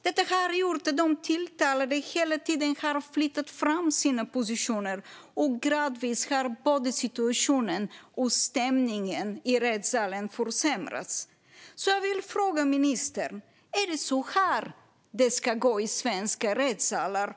Detta har gjort att de tilltalade hela tiden har flyttat fram sina positioner. Och gradvis har både situationen och stämningen i rättssalen försämrats. Jag vill därför fråga ministern: Är det så här det ska gå till i svenska rättssalar?